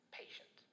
patient